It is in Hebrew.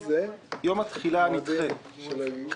דחיית יום התחילה הנדחה 1. יום התחילה